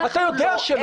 אתה יודע שלא.